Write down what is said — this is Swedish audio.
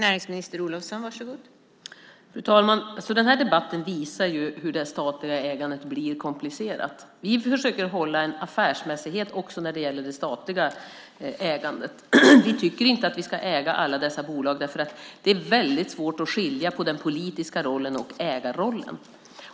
Fru talman! Den här debatten visar hur det statliga ägandet blir komplicerat. Vi försöker hålla en affärsmässighet också när det gäller det statliga ägandet. Vi tycker inte att vi ska äga alla dessa bolag. Det är svårt att skilja på den politiska rollen och ägarrollen.